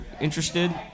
interested